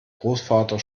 großvater